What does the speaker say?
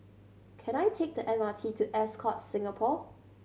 can I take the M R T to Ascott Singapore